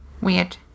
weird